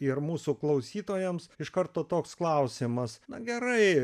ir mūsų klausytojams iš karto toks klausimas na gerai